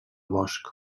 bosc